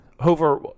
Over